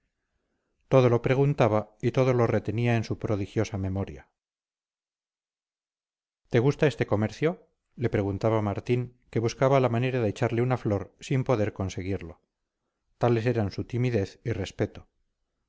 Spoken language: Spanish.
todo lo preguntaba y todo lo retenía en su prodigiosa memoria te gusta este comercio le preguntaba martín que buscaba la manera de echarle una flor sin poder conseguirlo tales eran su timidez y respeto